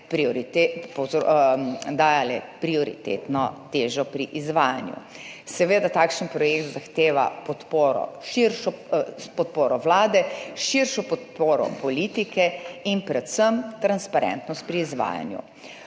dajale prioritetno težo pri izvajanju. Seveda takšen projekt zahteva podporo Vlade, širšo podporo politike in predvsem transparentnost pri izvajanju.